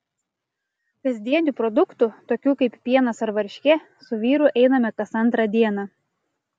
kasdienių produktų tokių kaip pienas ar varškė su vyru einame kas antrą dieną